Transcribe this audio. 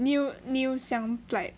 new new some like